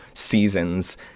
seasons